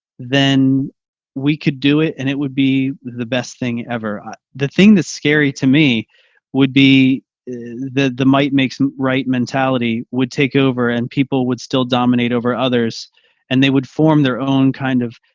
then we could do it and it would be the best thing ever. i the thing that's scary to me would be the the might makes right mentality would take over and people would still dominate over others and they would form their own kind of,